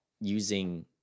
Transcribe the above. using